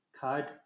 card